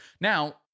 Now